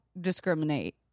discriminate